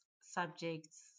subjects